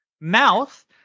Mouth